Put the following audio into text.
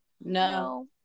No